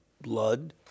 blood